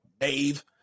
Dave